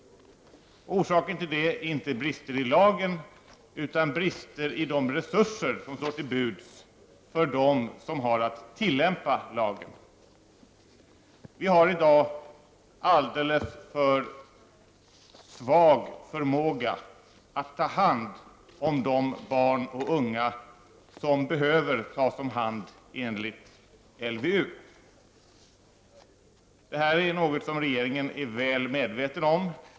Orsaken till detta är inte brister i lagen, utan brister i de resurser som står till buds för dem som har att tillämpa lagen. Förmågan att i dag ta hand om de barn och unga som behöver tas om hand enligt LVU är alldeles för svag. Detta är regeringen väl medveten om.